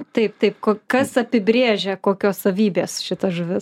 taip taip kas apibrėžia kokios savybės šitas žuvis